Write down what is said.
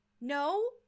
no